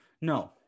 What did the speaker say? No